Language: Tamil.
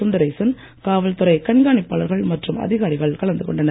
சுந்தரேசன் காவல்துறை கண்காணிப்பாளர்கள் மற்றும் அதிகாரிகள் கலந்து கொண்டனர்